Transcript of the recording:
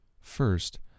First